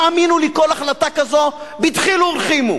האמינו לי, כל החלטה כזאת, בדחילו ורחימו